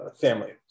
family